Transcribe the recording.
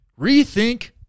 Rethink